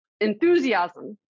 enthusiasm